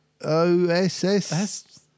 O-S-S